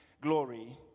glory